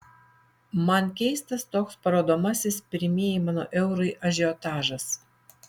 man keistas toks parodomasis pirmieji mano eurai ažiotažas